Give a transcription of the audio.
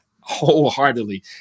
wholeheartedly